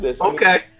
Okay